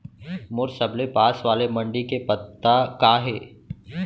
मोर सबले पास वाले मण्डी के पता का हे?